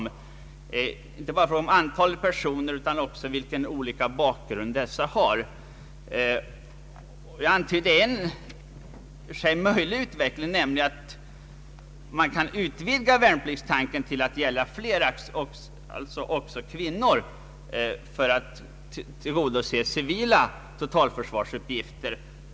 Det gäller inte bara antalet personer utan också vilken olika bakgrund i fråga om utbildning m.m. dessa har. Jag antydde en i och för sig möjlig utveckling, nämligen att man utvidgade värnpliktstjänstgöringen till att gälla också kvinnor för att tillgodose civila totalförsvarsuppgifter.